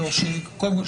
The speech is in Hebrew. וקודם כל,